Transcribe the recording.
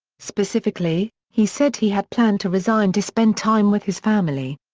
specifically, he said he had planned to resign to spend time with his family.